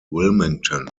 wilmington